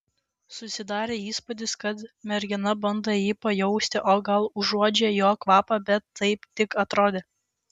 susidarė įspūdis kad mergina bando jį pajausti o gal uodžia jo kvapą bet taip tik atrodė